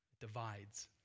divides